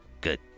good